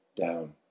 down